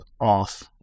off